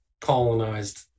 colonized